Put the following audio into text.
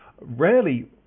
rarely